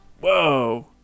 Whoa